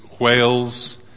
whales